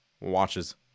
Watches